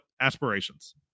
aspirations